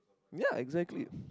ya exactly